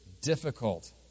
difficult